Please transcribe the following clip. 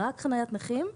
רק חניית נכים,